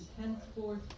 henceforth